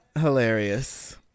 hilarious